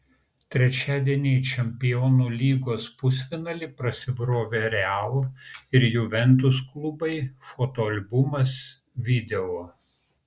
trečiadienį į čempionų lygos pusfinalį prasibrovė real ir juventus klubai fotoalbumas video